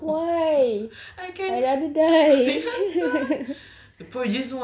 pee some more pee some more I can did I try